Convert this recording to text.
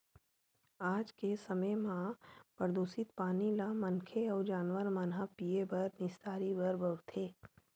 आज के समे म परदूसित पानी ल मनखे अउ जानवर मन ह पीए बर, निस्तारी बर बउरथे